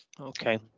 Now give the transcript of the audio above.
Okay